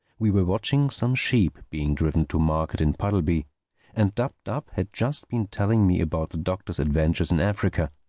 we were watching some sheep being driven to market in puddleby and dab-dab had just been telling me about the doctor's adventures in africa.